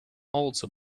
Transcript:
also